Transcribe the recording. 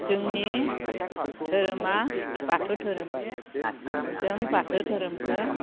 जोंनि धोरोमा बाथौ धोरोम जों बाथौ धोरोमखो